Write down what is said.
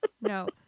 No